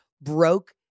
broke